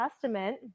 Testament